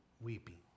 weeping